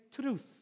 truth